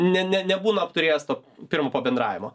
ne ne nebūna apturėjęs to pirmo pabendravimo